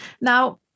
Now